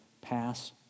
pass